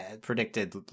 predicted